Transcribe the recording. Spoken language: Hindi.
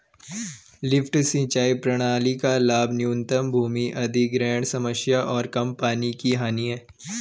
लिफ्ट सिंचाई प्रणाली का लाभ न्यूनतम भूमि अधिग्रहण समस्या और कम पानी की हानि है